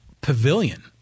pavilion